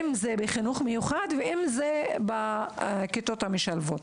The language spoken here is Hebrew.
אם זה בחינוך מיוחד ואם זה בכיתות המשלבות.